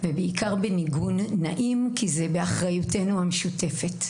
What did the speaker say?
ובעיקר בניגון נעים, כי זו אחריותנו המשותפת.